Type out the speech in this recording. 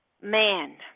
man